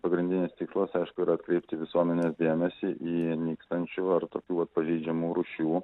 pagrindinis tikslas aišku yra atkreipti visuomenės dėmesį į nykstančių ar tokių vat pažeidžiamų rūšių